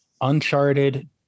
*Uncharted*